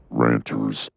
ranters